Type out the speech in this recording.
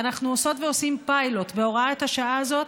ואנחנו עושות ועושים פיילוט בהוראת השעה הזאת.